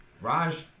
Raj